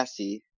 Messi